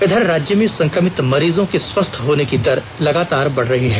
इधर राज्य में संक्रमित मरीजों के स्वस्थ होने की दर लगातार बढ़ रही है